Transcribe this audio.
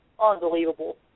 unbelievable